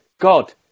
God